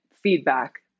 feedback